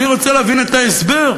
אני רוצה להבין את ההסבר,